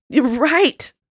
right